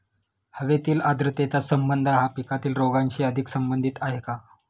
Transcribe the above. हवेतील आर्द्रतेचा संबंध हा पिकातील रोगांशी अधिक संबंधित आहे का?